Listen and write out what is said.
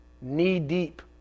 knee-deep